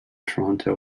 toronto